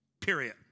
period